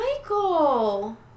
Michael